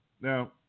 Now